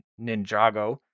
Ninjago